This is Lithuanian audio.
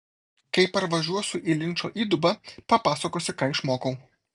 kai parvažiuosiu į linčo įdubą papasakosiu ką išmokau